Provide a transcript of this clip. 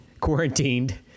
quarantined